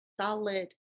solid